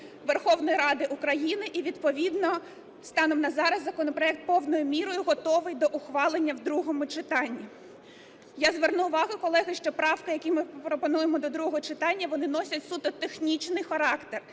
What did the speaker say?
Верховної Ради України. І відповідно станом на зараз законопроект повною мірою готовий до ухвалення в другому читанні. Я зверну увагу, колеги, що правки, які ми пропонуємо до другого читання, вони носять суто технічний характер.